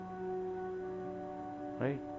right